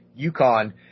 UConn